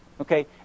Okay